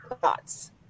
thoughts